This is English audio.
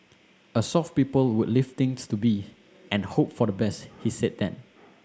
a soft people would leave things to be and hope for the best he said then